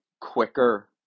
quicker